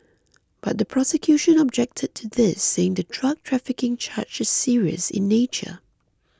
but the prosecution objected to this saying the drug trafficking charge is serious in nature